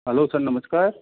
hello sir नमस्कार